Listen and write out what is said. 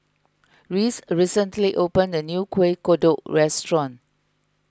Reese recently opened a new Kueh Kodok restaurant